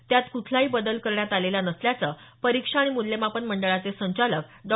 त्यात कुठलाही बदल करण्यात आलेला नसल्याचं परीक्षा आणि मूल्यमापन मंडळाचे संचालक डॉ